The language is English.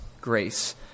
grace